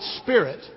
spirit